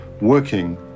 working